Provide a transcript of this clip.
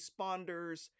responders